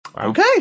Okay